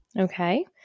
Okay